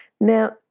Now